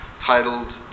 titled